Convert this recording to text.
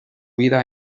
vida